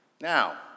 now